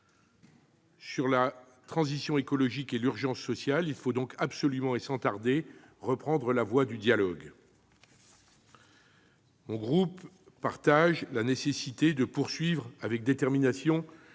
de la transition écologique et de l'urgence sociale, il faut donc absolument et sans tarder reprendre la voie du dialogue. Mon groupe partage la nécessité de poursuivre avec détermination